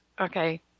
okay